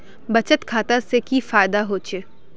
बचत खाता से की फायदा होचे?